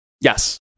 Yes